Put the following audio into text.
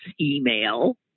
email